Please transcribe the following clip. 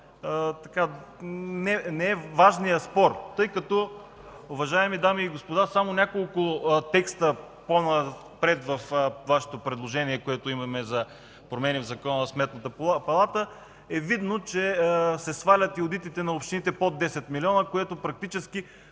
е важният спор. Уважаеми дами и господа, само от няколко текста по-напред във Вашето предложение за промени в Закона на Сметната палата е видно, че се свалят одитите на общините под 10 милиона, което практически